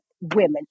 women